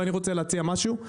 ואני רוצה להציע משהו,